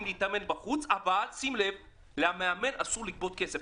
להתאמן בחוץ אבל למאמן שלהם אסור לגבות כסף?